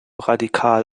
radikal